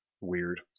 weird